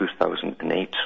2008